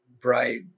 bright